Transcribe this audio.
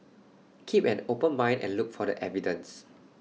keep an open mind and look for the evidence